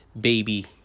baby